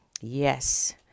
Yes